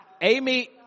Amy